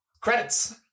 credits